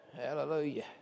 Hallelujah